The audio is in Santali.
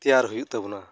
ᱛᱮᱭᱟᱨ ᱦᱩᱭᱩᱜ ᱛᱟᱵᱚᱱᱟ